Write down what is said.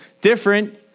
different